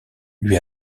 lui